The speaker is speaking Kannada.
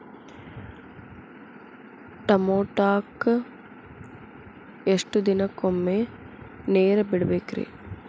ಟಮೋಟಾಕ ಎಷ್ಟು ದಿನಕ್ಕೊಮ್ಮೆ ನೇರ ಬಿಡಬೇಕ್ರೇ?